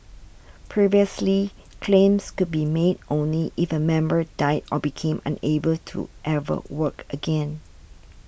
previously claims could be made only if a member died or became unable to ever work again